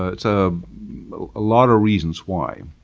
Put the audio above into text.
ah it's ah a lot of reasons why.